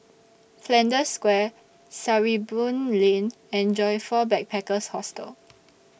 Flanders Square Sarimbun Lane and Joyfor Backpackers' Hostel